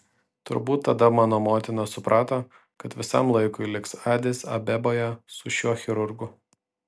turbūt tada mano motina suprato kad visam laikui liks adis abeboje su šiuo chirurgu